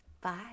Bye